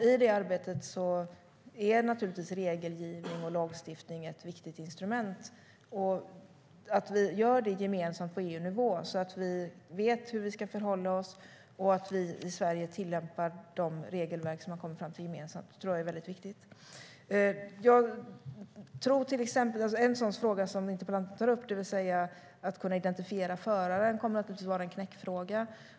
I det arbetet är regelgivning och lagstiftning naturligtvis ett viktigt instrument. Att vi gör detta gemensamt på EU-nivå, så att vi vet hur vi ska förhålla oss och så att vi i Sverige tillämpar de regelverk vi gemensamt har kommit fram till, tror jag är väldigt viktigt. En fråga som interpellanten tar upp, nämligen att kunna identifiera föraren, kommer naturligtvis att vara en knäckfråga.